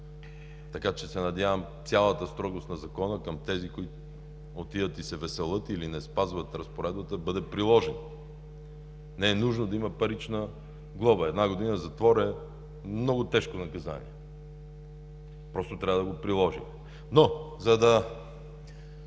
така че се надявам цялата строгост на Закона към тези, които отиват и се веселят или не спазват разпоредбата, да бъде приложена. Не е нужно да има парична глоба. Една година затвор е много тежко наказание, просто трябва да го приложим. Но за да